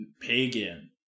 pagan